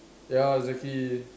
ya exactly